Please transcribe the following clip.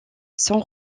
sans